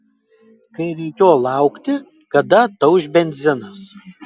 kai reikėjo laukti kada atauš benzinas